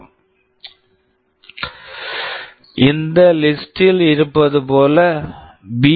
Refer Slide Time 0542 இந்த list list ல் இருப்பது போல பி